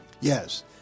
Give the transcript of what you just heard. Yes